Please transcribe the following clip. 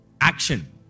action